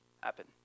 happen